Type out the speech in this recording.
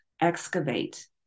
excavate